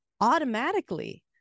automatically